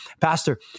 pastor